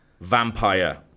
Vampire